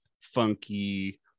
funky